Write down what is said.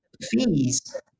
fees